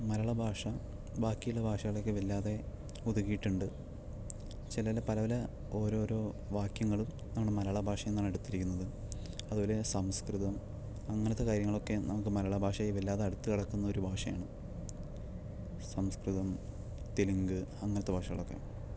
മലയാള ഭാഷ ബാക്കി ഉള്ള ഭാഷകളെയൊക്കെ വല്ലാതെ ഒതുക്കിയിട്ടുണ്ട് ചെലചെല പല പല ഓരോരോ വാക്ക്യങ്ങളും നമ്മുടെ മലയാള ഭാഷയിൽ നിന്നാണ് എടുത്തിരിക്കുന്നത് അതുപോലെ സംസ്കൃതം അങ്ങനത്തെ കാര്യങ്ങളൊക്കെ നമുക്ക് മലയാള ഭാഷയെ വല്ലാതെ അടുത്ത് കിടക്കുന്നൊരു ഭാഷയാണ് സംസ്കൃതം തെലുങ്ക് അങ്ങനത്തെ ഭാഷകളൊക്കെ